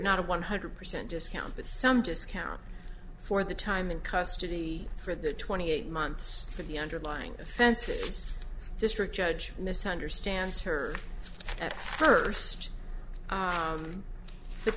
not a one hundred percent discount but some discount for the time in custody for the twenty eight months for the underlying offensives district judge misunderstands her first